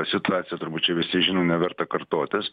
situaciją turbūt čia visi žino neverta kartotis